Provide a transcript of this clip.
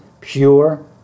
pure